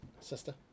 sister